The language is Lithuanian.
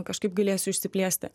kažkaip galėsiu išsiplėsti